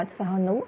956984j0